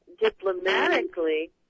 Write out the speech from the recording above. diplomatically